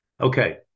Okay